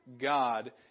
God